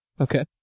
Okay